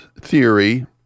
theory